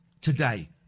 today